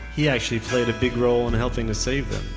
he actually played a big role in helping to save them.